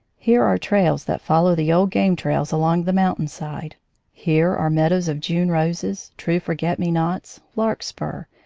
here are trails that follow the old game trails along the mountain-side here are meadows of june roses, true forget me-nots, larkspur,